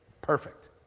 Perfect